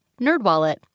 NerdWallet